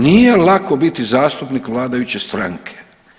Nije lako biti zastupnik vladajuće stranke.